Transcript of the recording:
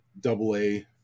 double-A